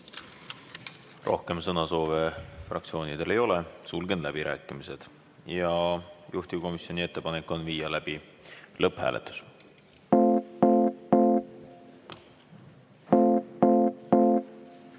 Rohkem sõnasoove fraktsioonidel ei ole. Sulgen läbirääkimised. Juhtivkomisjoni ettepanek on viia läbi lõpphääletus.